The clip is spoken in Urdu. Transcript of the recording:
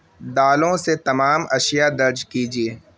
دالوں سے تمام اشیا درج کیجیے